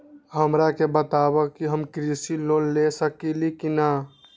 हमरा के बताव कि हम कृषि लोन ले सकेली की न?